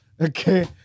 Okay